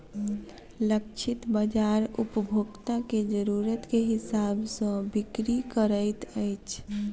लक्षित बाजार उपभोक्ता के जरुरत के हिसाब सॅ बिक्री करैत अछि